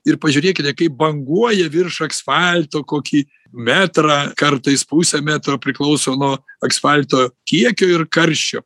ir pažiūrėkite kaip banguoja virš asfalto kokį metrą kartais pusę metro priklauso nuo aksfalto kiekio ir karščio